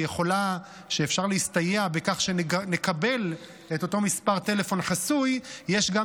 שאפשר להסתייע בכך שנקבל את אותו מספר טלפון חסוי, יש גם